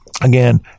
Again